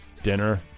dinner